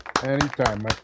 Anytime